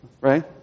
right